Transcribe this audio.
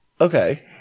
Okay